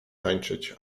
tańczyć